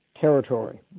territory